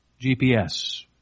GPS